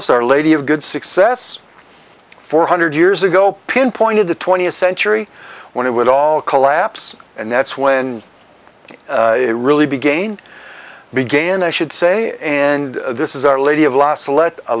us our lady of good success four hundred years ago pinpointed the twentieth century when it would all collapse and that's when it really be gained began i should say and this is our lady of lhasa let a